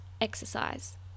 Exercise